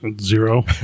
Zero